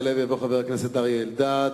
יעלה ויבוא חבר הכנסת אריה אלדד,